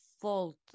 fault